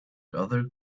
other